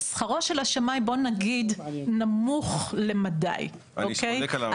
שכרו של השמאי, בואו נגיד, נמוך למדי, אוקיי?